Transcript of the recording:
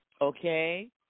okay